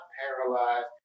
paralyzed